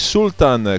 Sultan